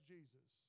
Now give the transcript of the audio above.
Jesus